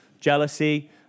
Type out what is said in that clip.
Jealousy